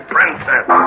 Princess